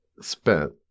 spent